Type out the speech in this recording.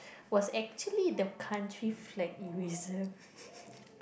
was actually the country flat eraser